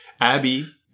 Abby –